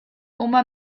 uma